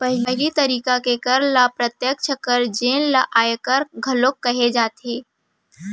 पहिली तरिका के कर ल प्रत्यक्छ कर जेन ल आयकर घलोक कहे जाथे